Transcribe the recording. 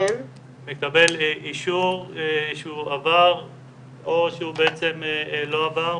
הוא מקבל אישור שהוא עבר או שהוא בעצם לא עבר,